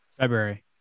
February